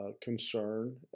concern